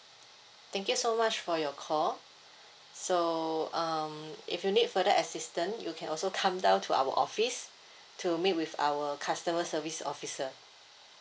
thank you so much for your call so um if you need further assistant you can also come down to our office to meet with our customer service officer